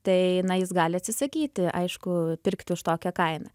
tai na jis gali atsisakyti aišku pirkti už tokią kainą